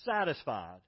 satisfied